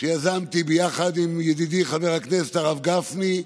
שיזמתי יחד עם ידידי חבר הכנסת הרב גפני,